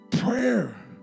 Prayer